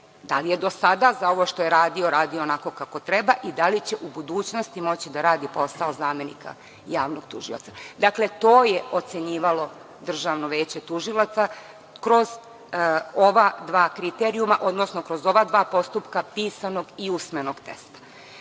da li je do sada za ovo što je radio, radio onako kako treba i da li će u budućnosti moći da radi posao zamenika javnog tužioca. To je ocenjivalo DVT kroz ova dva kriterijuma, odnosno kroz ova dva postupka pisanog i usmenog testa. Pisani